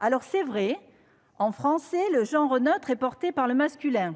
Alors, c'est vrai, en français, le genre neutre est porté par le masculin.